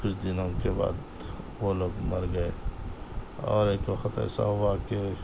کچھ دنوں کے بعد وہ لوگ مر گئے اور ایک وقت ایسا ہوا کہ